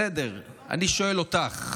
בסדר, אני שואל אותך.